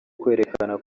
kwerekana